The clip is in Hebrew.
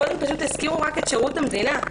קודם הזכירו רק את שירות המדינה.